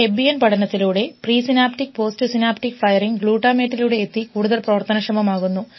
Hebbian പഠനത്തിലൂടെ presynaptic postsynaptic firing ഗ്ലൂട്ടാമേറ്റ്ലൂടെ എത്തി കൂടുതൽ പ്രവർത്തനക്ഷമം ആകുന്നു